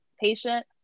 patient